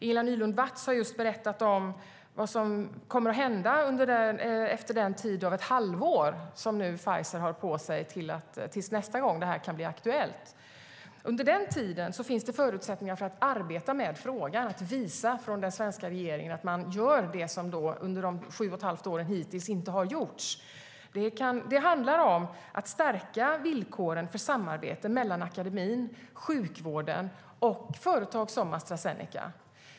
Ingela Nylund Watz har just berättat vad som kommer att hända efter det halvår som Pfizer har på sig till nästa gång som det kan bli aktuellt med ett bud. Under tiden finns det förutsättningar för regeringen att arbeta med frågan och visa att man gör det som inte har gjorts under de hittills sju och ett halvt åren. Det handlar om att stärka villkoren för samarbete mellan akademin, sjukvården och företag som Astra Zeneca.